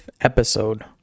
episode